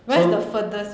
so